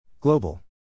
Global